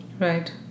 Right